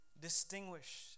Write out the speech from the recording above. distinguish